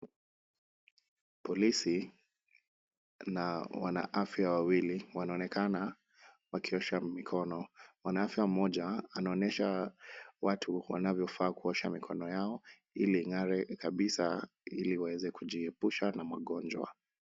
Polisi na wana afya wawili wanaonekana wakiosha mikono, mwana afya mmoja anaonyesha watu wanavyofaa kuosha mikono yao ili ing'are kabisa ili waweze kujiepusha na magonjwa.